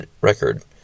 record